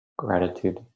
Gratitude